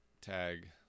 tag